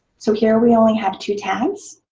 so here we only have two tabs.